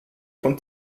von